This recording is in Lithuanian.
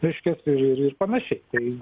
reiškias ir ir pananašiai tai